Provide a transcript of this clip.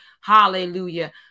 hallelujah